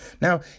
Now